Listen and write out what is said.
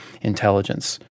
intelligence